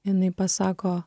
jinai pasako